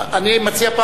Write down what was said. אני מציע,